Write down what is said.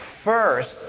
First